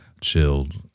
chilled